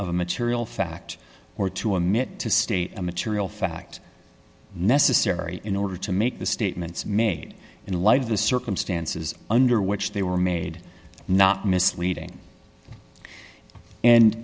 a material fact or to a minute to state a material fact necessary in order to make the statements made in light of the circumstances under which they were made not misleading and